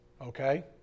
okay